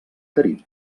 carib